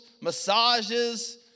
massages